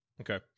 Okay